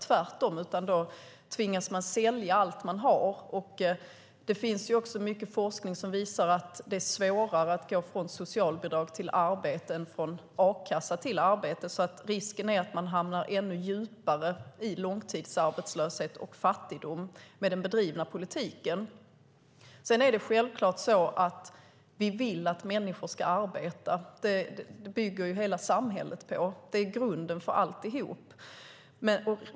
Tvärtom tvingas man sälja allt man har. Det finns mycket forskning som visar att det är svårare att gå från socialbidrag till arbete än från a-kassa till arbete, så risken finns att man med den förda politiken hamnar ännu djupare i långtidsarbetslöshet och fattigdom. Självklart vill vi att människor ska arbeta. Hela samhället bygger på det; arbete är grunden för allt.